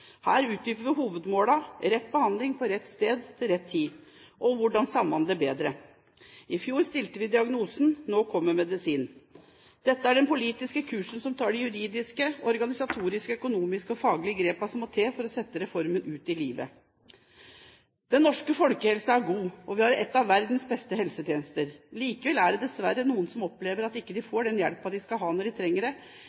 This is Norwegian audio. Her utdypes hovedmålene: rett behandling på rett sted til rett tid, og hvordan samhandle bedre. I fjor stilte vi diagnosen, nå kommer medisinen. Dette er den politiske kursen som tar de juridiske, organisatoriske, økonomiske og faglige grepene som må til for å sette reformen ut i livet. Den norske folkehelsen er god, og vi har en av verdens beste helsetjenester. Likevel er det dessverre noen som opplever at de ikke får den hjelpen de